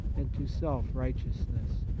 and to self-righteousness.